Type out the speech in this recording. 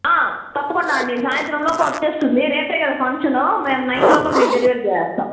తప్పకుండా అండి సాయంత్రం లోపు వచ్చేస్తుంది రేపే కదా ఫంక్షను మేము నైట్ లోపల మీకు డెలివరీ చేసేస్తాం